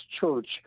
church